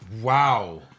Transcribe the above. Wow